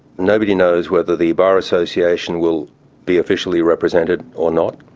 nobody knows whether the bar association will be officially represented or not,